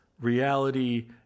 reality